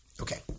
Okay